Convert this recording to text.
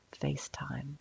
FaceTime